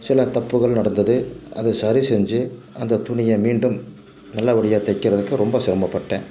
சில தப்புகள் நடந்தது அதை சரி செஞ்சு அந்த துணியை மீண்டும் நல்லபடியாக தைக்கிறதுக்கு ரொம்ப சிரமப்பட்டேன்